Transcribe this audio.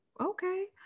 okay